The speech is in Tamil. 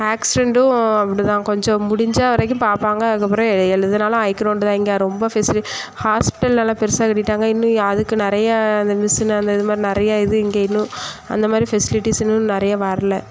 ஆக்சிடென்ட்டும் அப்படி தான் கொஞ்சம் முடிஞ்ச வரைக்கும் பார்ப்பாங்க அதுக்கப்புறம் எதுனாலும் ஹைக்ரௌண்ட் தான் இங்கே ரொம்ப ஹாஸ்பிட்டல் நல்லா பெருசாக கட்டிட்டாங்க இன்னும் அதுக்கு நிறையா இந்த மிசின்னு அந்த இது மாதிரி நிறைய இது இங்கே இன்னும் அந்த மாதிரி ஃபெசிலிட்டிஸ் இன்னும் நிறைய வரலை